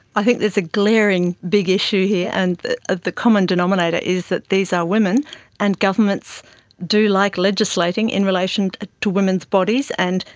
i think there is a glaring big issue here, and the ah the common denominator is that these are women and governments do like legislating in relation to women's bodies and,